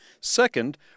Second